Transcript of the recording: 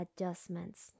adjustments